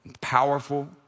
powerful